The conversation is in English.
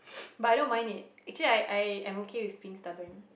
but I know mine is actually I I I'm okay with being stubborn